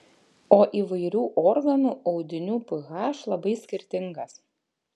o įvairių organų audinių ph labai skirtingas